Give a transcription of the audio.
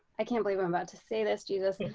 i can't believe i'm about to say this, jesus,